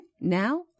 Now